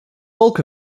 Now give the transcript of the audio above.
bulk